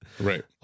Right